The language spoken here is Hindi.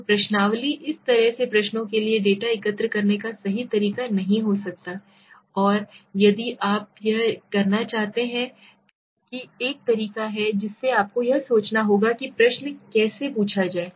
तो प्रश्नावली इस तरह के प्रश्नों के लिए डेटा एकत्र करने का सही तरीका नहीं हो सकता है और यदि आप यह करना चाहते हैं कि एक तरीका है जिससे आपको यह सोचना होगा कि प्रश्न को कैसे पूछा जाए